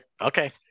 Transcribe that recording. okay